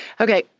Okay